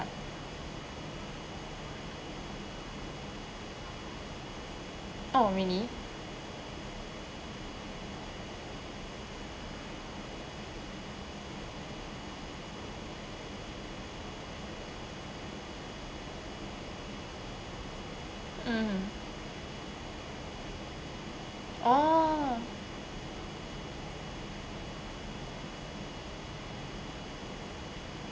oh really mmhmm oh